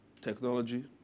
Technology